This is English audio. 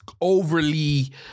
overly